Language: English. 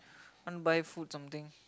want buy food something